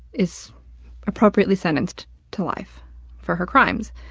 is appropriately sentenced to life for her crimes.